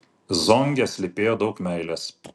zonge slypėjo daug meilės